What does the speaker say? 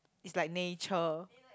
is like nature